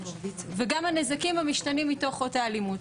וגם הנזקים המשתנים מתוך אותה אלימות.